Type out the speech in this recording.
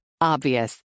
obvious